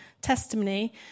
testimony